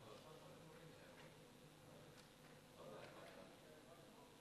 זה הזמן שלך להפסיק את המלחמה שלך עם מלאכו של עשיו.